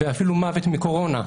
ואפילו מוות מקורונה.